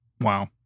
Wow